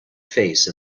face